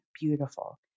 beautiful